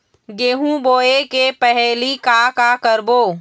गेहूं बोए के पहेली का का करबो?